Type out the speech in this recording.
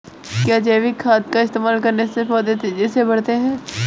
क्या जैविक खाद का इस्तेमाल करने से पौधे तेजी से बढ़ते हैं?